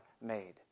made